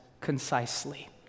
concisely